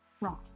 wrong